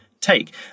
take